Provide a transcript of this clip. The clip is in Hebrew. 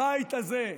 הבית הזה,